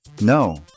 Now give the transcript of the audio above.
No